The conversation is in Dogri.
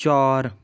चार